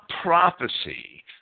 prophecy